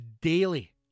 daily